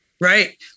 Right